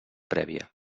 prèvia